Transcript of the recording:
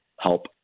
help